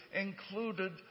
included